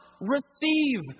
receive